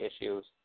issues